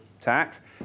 tax